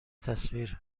تصویر